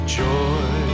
joy